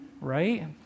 right